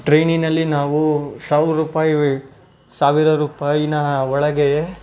ಟ್ರೈನಿನಲ್ಲಿ ನಾವು ಸಾವಿರ ರೂಪಾಯಿ ಸಾವಿರ ರೂಪಾಯಿನ ಒಳಗೆ